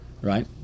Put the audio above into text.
Right